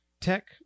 tech